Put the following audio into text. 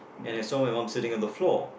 and I saw my mom sitting on the floor